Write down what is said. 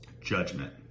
Judgment